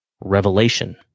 revelation